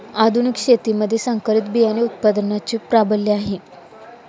आधुनिक शेतीमध्ये संकरित बियाणे उत्पादनाचे प्राबल्य आहे